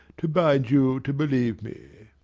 to bind you to believe me.